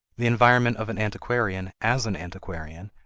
the environment of an antiquarian, as an antiquarian,